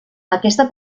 aquesta